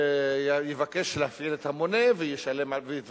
לבקש להפעיל את המונה ולהתווכח.